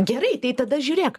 gerai tai tada žiūrėk